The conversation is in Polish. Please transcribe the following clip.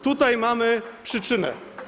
Tutaj mamy przyczynę.